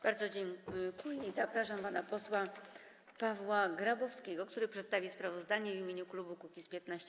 Bardzo dziękuję i zapraszam pana posła Pawła Grabowskiego, który przedstawi sprawozdanie w imieniu klubu Kukiz’15.